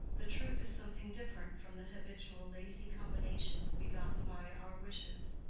the truth is something different from the habitual lazy combinations begotten by our wishes.